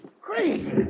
crazy